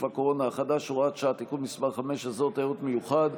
הקורונה החדש (הוראת שעה) (תיקון מס' 5) (אזור תיירות מיוחד),